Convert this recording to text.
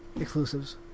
exclusives